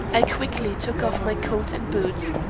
i quickly took off my coat and boots,